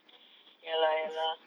ya lah ya lah